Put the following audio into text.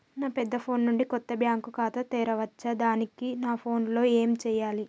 నా పెద్ద ఫోన్ నుండి కొత్త బ్యాంక్ ఖాతా తెరవచ్చా? దానికి నా ఫోన్ లో ఏం చేయాలి?